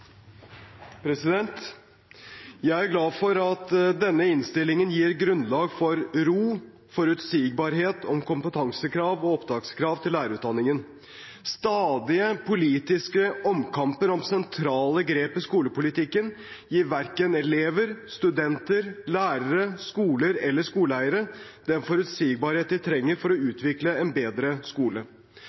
det. Jeg er glad for at denne innstillingen gir grunnlag for ro og forutsigbarhet om kompetansekrav og opptakskrav til lærerutdanningen. Stadige politiske omkamper om sentrale grep i skolepolitikken gir verken elever, studenter, lærere, skoler eller skoleeiere den forutsigbarhet de trenger for å utvikle en bedre skole.